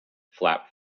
flap